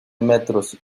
metros